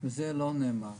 וזה לא נאמר.